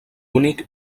únic